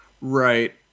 Right